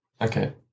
Okay